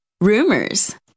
rumors